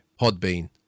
Podbean